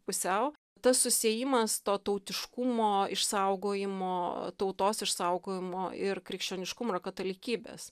pusiau tas susiejimas to tautiškumo išsaugojimo tautos išsaugojimo ir krikščioniškumo ir katalikybės